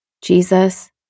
Jesus